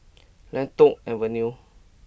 Lentor Avenue